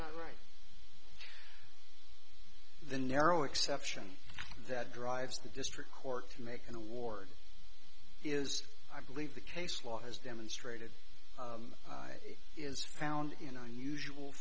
not right the narrow exception that drives the district court to make an award is i believe the case law has demonstrated is found in unusual